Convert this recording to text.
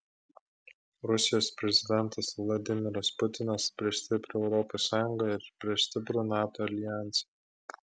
rusijos prezidentas vladimiras putinas prieš stiprią europos sąjungą ir prieš stiprų nato aljansą